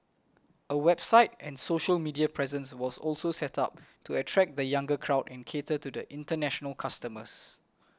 a website and social media presence was also set up to attract the younger crowd and cater to international customers